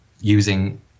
using